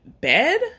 bed